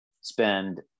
spend